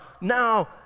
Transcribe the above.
Now